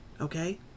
okay